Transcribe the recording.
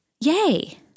Yay